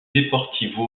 deportivo